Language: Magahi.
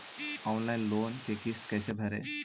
ऑनलाइन लोन के किस्त कैसे भरे?